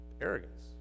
Arrogance